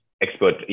expert